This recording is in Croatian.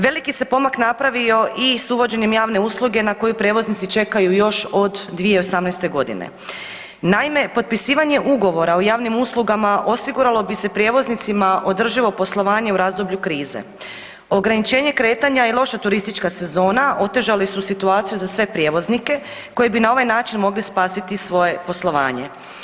Veliki se pomak napravio i s uvođenjem javne usluge na koju prijevoznici čekaju još od 2018.g. Naime, potpisivanje ugovora o javnim uslugama osiguralo bi se prijevoznicima održivo poslovanje u razdoblju krize, ograničenje kretanja i loša turistička sezone otežali su situaciju za sve prijevoznike koji bi na ovaj način mogli spasiti svoje poslovanje.